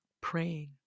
praying